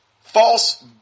false